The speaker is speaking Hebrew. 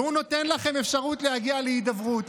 והוא נותן לכם אפשרות להגיע להידברות,